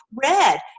red